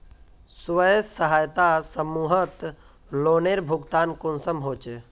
स्वयं सहायता समूहत लोनेर भुगतान कुंसम होचे?